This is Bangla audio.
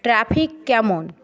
ট্রাফিক কেমন